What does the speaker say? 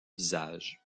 visage